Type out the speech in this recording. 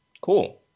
cool